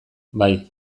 bai